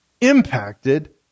impacted